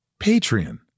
Patreon